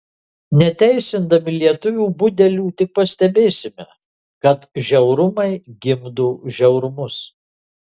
neteisindami lietuvių budelių tik pastebėsime kad žiaurumai gimdo žiaurumus